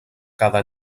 cada